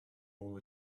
all